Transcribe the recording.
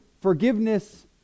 forgiveness